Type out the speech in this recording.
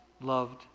loved